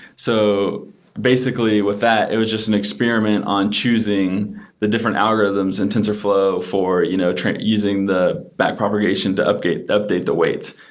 so basically, with that, it was just an experiment on choosing the different algorithms in tensorflow for you know using the back propagation to update update the weights.